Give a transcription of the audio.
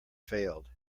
failed